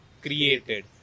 created